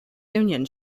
union